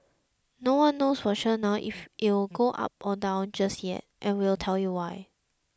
no one knows for sure now if it will go up or down just yet and we'll tell you why